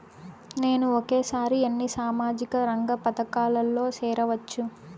నేను ఒకేసారి ఎన్ని సామాజిక రంగ పథకాలలో సేరవచ్చు?